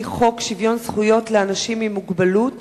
חוק שוויון זכויות לאנשים עם מוגבלות